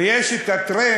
15. ויש הטרנד